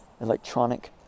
electronic